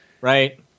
Right